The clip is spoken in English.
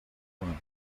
well